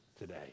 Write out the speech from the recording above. today